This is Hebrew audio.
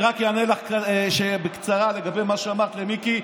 אני רק אענה לך בקצרה לגבי מה שאמרת למיקי.